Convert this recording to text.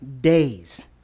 days